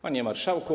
Panie Marszałku!